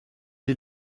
est